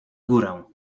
górę